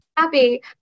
happy